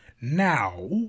Now